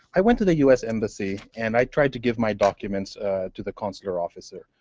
i went to the u s. embassy and i tried to give my documents to the consular officer,